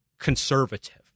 conservative